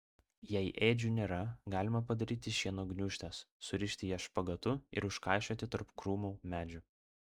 jei ėdžių nėra galima padaryti šieno gniūžtes surišti jas špagatu ir užkaišioti tarp krūmų medžių